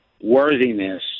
worthiness